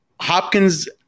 Hopkins